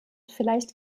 vielleicht